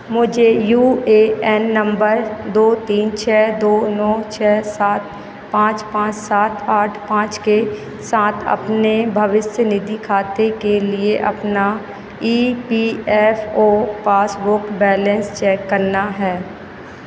मुझे U A N number दो तीन छः दो नौ छः सात पाँच पाँच सात आठ पाँच के साथ अपने भविष्य निधि खाते के लिए अपना E P F O passbook balance check करना है